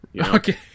Okay